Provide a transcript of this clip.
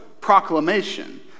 proclamation